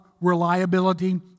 reliability